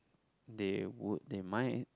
they would they might